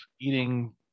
eating